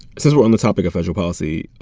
since we're on the topic of federal policy,